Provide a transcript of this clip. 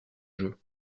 jeu